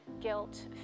guilt